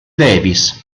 davis